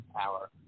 power